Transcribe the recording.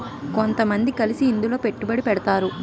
కొంతమంది కలిసి ఇందులో పెట్టుబడి పెడతారు